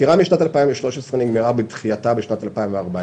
העתירה משנת 2013 נגמרה בדחייתה בשנת 2014,